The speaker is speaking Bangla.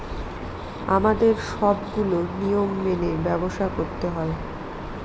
আমাদের সবগুলো নিয়ম মেনে ব্যবসা করতে হয়